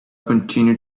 continued